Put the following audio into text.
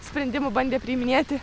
sprendimų bandė priiminėti